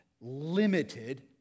limited